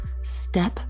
step